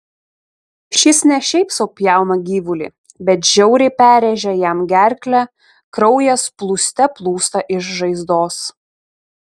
šis ne šiaip sau pjauna gyvulį bet žiauriai perrėžia jam gerklę kraujas plūste plūsta iš žaizdos